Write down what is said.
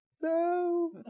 No